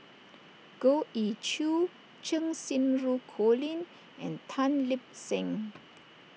Goh Ee Choo Cheng Xinru Colin and Tan Lip Seng